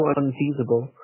unfeasible